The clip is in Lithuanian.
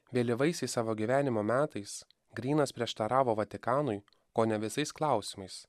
vėlyvaisiais savo gyvenimo metais grynas prieštaravo vatikanui kone visais klausimais